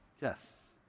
Yes